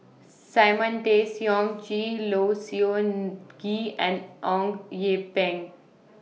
Simon Tay Seong Chee Low Siew Nghee and Eng Yee Peng